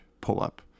pull-up